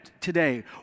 today